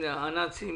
התש"ף-2020,